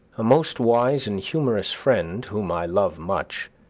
a most wise and humorous friend, whom i love much,